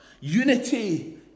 Unity